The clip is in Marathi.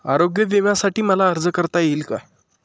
आरोग्य विम्यासाठी मला अर्ज करता येईल का?